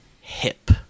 hip